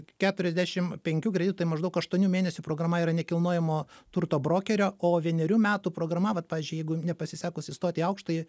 keturiasdešim penkių kreditų tai maždaug aštuonių mėnesių programa yra nekilnojamo turto brokerio o vienerių metų programa vat pavyzdžiui jeigu nepasisekus įstoti į aukštąjį